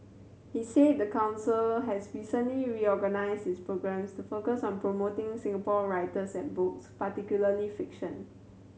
he said the council has recently reorganised its programmes to focus on promoting Singapore writers and books particularly fiction